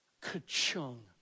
ka-chung